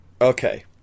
okay